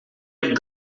heb